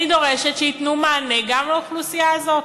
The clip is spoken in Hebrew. אני דורשת שייתנו מענה גם לאוכלוסייה הזאת.